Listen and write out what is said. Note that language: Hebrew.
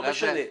לא משנה.